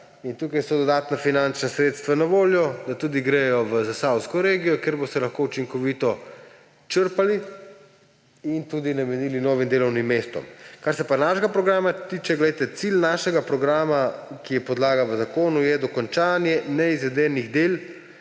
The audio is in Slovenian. in tukaj so dodatna finančna sredstva na voljo, da tudi gredo v zasavsko regijo, kjer boste lahko učinkovito črpali in jih tudi namenili novim delovnim mestom. Kar se pa našega programa tiče, cilj našega programa, ki je podlaga v zakonu, je dokončanje neizvedenih del,